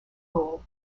rule